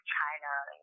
China